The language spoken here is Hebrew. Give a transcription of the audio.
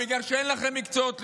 בגלל שאין לכם מקצועות ליבה.